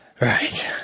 Right